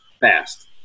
fast